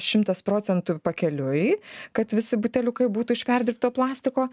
šimtas procentų pakeliui kad visi buteliukai būtų iš perdirbto plastiko